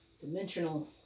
Dimensional